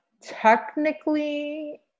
Technically